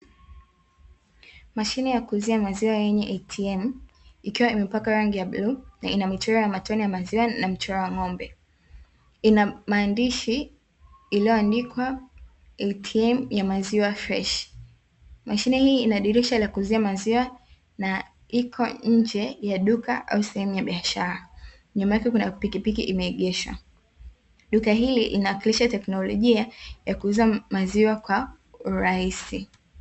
Mashine ya kuuzia maziwa yenye (ATM)ikiwa imepakwa rangi ya bluu na ina michoro ya matone ya maziwa na mchoro wa ng'ombe. Ina maandishi iliyoandikwa "ATM" ya maziwa freshi, mashine hii ina dirisha la kuuzia maziwa na iko nje ya duka au sehemu ya biashara, nyuma yake kuna pikipiki imeegeshwa, duka hili inatumia teknolojia ya kuuza maziwa kwa urahisi.